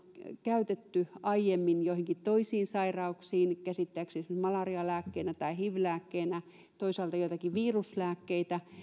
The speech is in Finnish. käytetty aiemmin joihinkin toisiin sairauksiin käsittääkseni esimerkiksi malarialääkkeenä tai hiv lääkkeenä toisaalta joitakin viruslääkkeitä